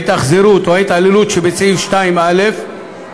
התאכזרות או התעללות שבסעיף 2(א)